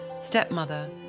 stepmother